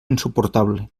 insuportable